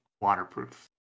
waterproof